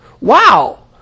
wow